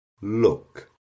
look